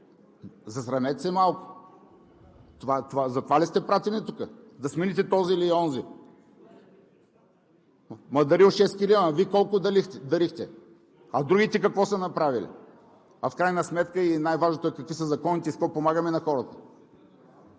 Засрамете се малко! За това ли сте пратени тук – да смените този или онзи?! Дарил 6 килима, Вие колко дарихте? А другите какво са направили? А в крайна сметка и най-важното е какви са законите и с какво помагаме на хората.